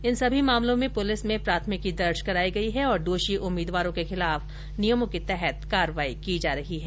इन सभी मामलों में पुलिस में प्राथमिकी दर्ज करायी गयी है और दोषी उम्मीदवारों के खिलाफ नियमों के तहत कार्रवाई की जा रही है